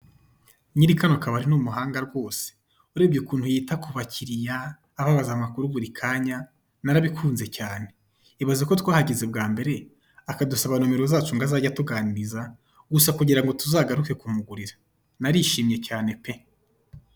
Nyiri kano kabari ni umuhanga rwose urebye ukuntu yita kubakiliya ababaza amakuru buri kanya, narabikunze cyane. Ibaze ko twahageze bwambere akadusaba nomero zacu kugira ngo azajye atuganiriza gusa kugira ngo tuzagaruke kumugurira narishimye cyane pe!